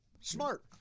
smart